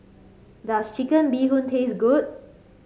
does Chicken Bee Hoon taste good